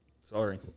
sorry